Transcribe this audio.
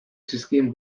zizkien